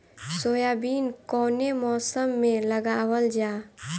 Soybean कौने मौसम में लगावल जा?